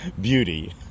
beauty